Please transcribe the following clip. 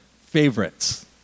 favorites